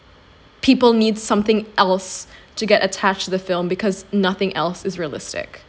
people need something else to get attached to the film because nothing else is realistic